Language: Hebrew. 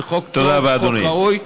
זה חוק טוב וחוק ראוי.